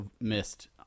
missed